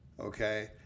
Okay